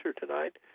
tonight